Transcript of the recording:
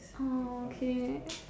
oh okay